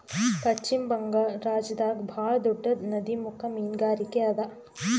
ಪಶ್ಚಿಮ ಬಂಗಾಳ್ ರಾಜ್ಯದಾಗ್ ಭಾಳ್ ದೊಡ್ಡದ್ ನದಿಮುಖ ಮೀನ್ಗಾರಿಕೆ ಅದಾ